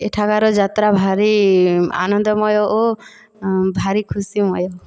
ଏଠାକାର ଯାତ୍ରା ଭାରି ଆନନ୍ଦମୟ ଓ ଭାରି ଖୁସିମୟ